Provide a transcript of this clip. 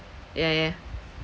yeah yeah